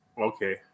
Okay